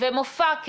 ומופע כן.